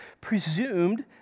presumed